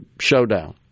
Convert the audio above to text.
showdown